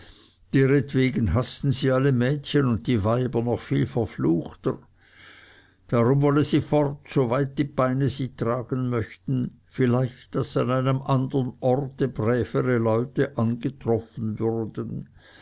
deretwegen haßten sie alle mädchen und die weiber noch viel verfluchter darum wolle sie fort so weit die beine sie tragen möchten vielleicht daß an einem anderen orte brävere leute angetroffen würden